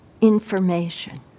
information